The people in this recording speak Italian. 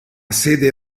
sede